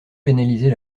pénaliser